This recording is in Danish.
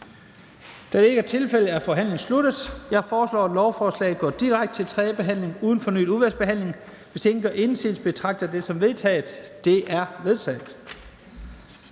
Da det ikke er tilfældet, er forhandlingen sluttet. Jeg foreslår, at lovforslaget går direkte til tredje behandling uden fornyet udvalgsbehandling. Hvis ingen gør indsigelse, betragter jeg det som vedtaget. Det er vedtaget.